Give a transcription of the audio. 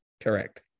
Correct